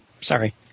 sorry